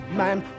man